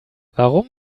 warum